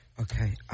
Okay